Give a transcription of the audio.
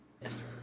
Yes